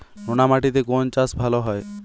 নোনা মাটিতে কোন চাষ ভালো হয়?